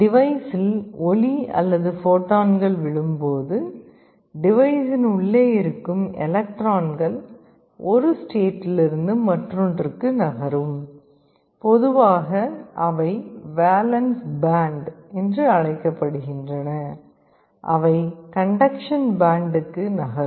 டிவைஸில் ஒளி அல்லது ஃபோட்டான்கள் விழும்போது டிவைஸின் உள்ளே இருக்கும் எலக்ட்ரான்கள் ஒரு ஸ்டேட்டில்லிருந்து மற்றொன்றுக்கு நகரும் பொதுவாக அவை வேலன்ஸ் பேண்ட் என்று அழைக்கப்படுகின்றன அவை கண்டக்க்ஷன் பேண்டுக்கு நகரும்